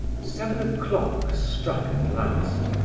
seven o'clock struck at last.